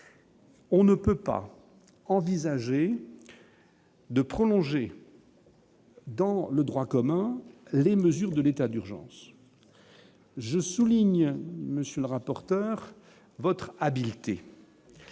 On ne peut pas envisager. De prolonger. Dans le droit commun, les mesures de l'état d'urgence, je souligne, monsieur le rapporteur, votre habileté.